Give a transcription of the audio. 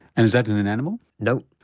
and is that in an animal? no.